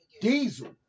Diesel